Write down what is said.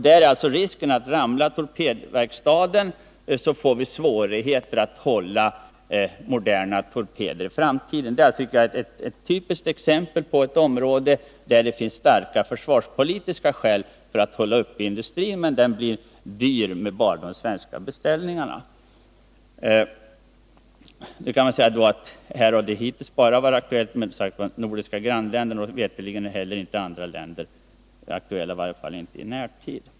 Risken är alltså att om torpedverkstaden ramlar bort blir det svårt att få moderna torpeder i framtiden. Jag tycker att det här är ett typiskt exempel på ett område där det finns starka försvarspolitiska skäl för att hålla uppe en industri. Men det blir dyrt med bara de svenska beställningarna. Och här kan man tillägga att det hittills har varit aktuellt med beställningar bara från våra nordiska grannländer och veterligen inte från några andra länder, i varje fall inte i närtid.